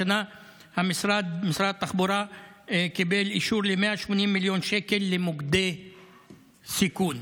השנה משרד התחבורה קיבל אישור ל-180 מיליון שקל למוקדי סיכון.